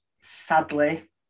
sadly